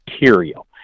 material